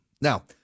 Now